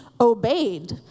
obeyed